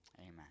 Amen